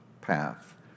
path